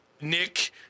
Nick